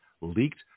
Leaked